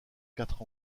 quatre